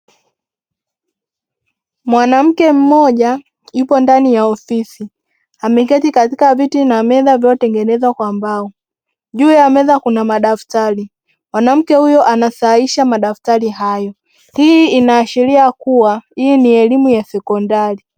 Mwanamke mmoja yupo ndani ya ofisi ameketi katika viti na meza zilivyotengezwa kwa mbao, juu ya meza kuna madaftari, mwanamke huyo anasahihisha madaftari, hii inaashiria kuwa hii ni elimu ya sekondari.